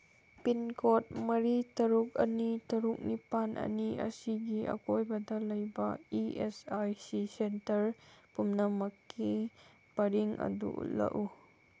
pin code ꯃꯔꯤ ꯇꯔꯨꯛ ꯑꯅꯤ ꯇꯔꯨꯛ ꯅꯤꯄꯥꯟ ꯑꯅꯤ ꯑꯁꯤꯒꯤ ꯑꯀꯣꯏꯕꯗ ꯂꯩꯕ E S I C centre ꯄꯨꯝꯅꯃꯛꯀꯤ ꯄꯔꯤꯡ ꯑꯗꯨ ꯎꯠꯂꯛꯎ